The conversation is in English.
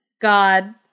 god